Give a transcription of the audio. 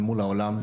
אל מול העולם?